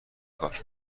کار